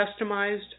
customized